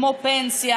כמו פנסיה,